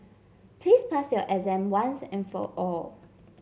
please pass your exam once and for all